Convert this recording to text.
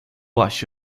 wash